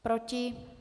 Proti?